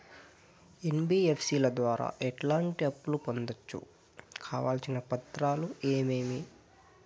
NBFC ల ద్వారా ఎట్లాంటి అప్పులు పొందొచ్చు? కావాల్సిన పత్రాలు ఏమేమి?